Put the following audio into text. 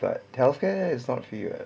but healthcare is not free [what]